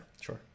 Sure